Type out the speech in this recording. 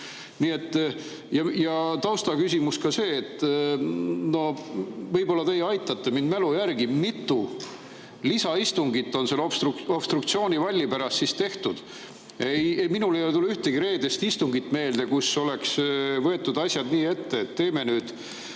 Taustaküsimus on see: võib-olla teie aitate mind mälu järgi, et mitu lisaistungit on selle obstruktsioonivalli pärast tehtud? Minule ei tule ühtegi reedest istungit meelde, kus oleks võetud asjad nii ette, et võtame nüüd